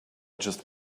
just